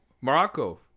Morocco